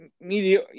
media